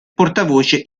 portavoce